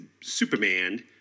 Superman